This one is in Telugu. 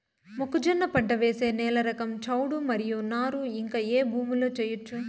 మొక్కజొన్న పంట వేసే నేల రకం చౌడు మరియు నారు ఇంకా ఏ భూముల్లో చేయొచ్చు?